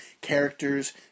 characters